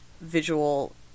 visual